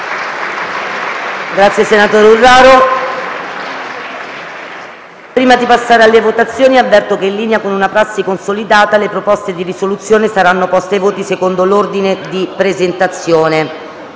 nuova finestra"). Prima di passare alle votazioni, avverto che, in linea con una prassi consolidata, le proposte di risoluzione saranno poste ai voti secondo l'ordine di presentazione.